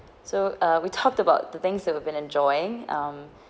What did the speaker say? so uh we talked about the things that we've been enjoying um